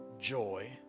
joy